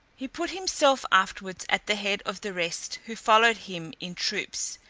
he put himself afterwards at the head of the rest, who followed him in troops,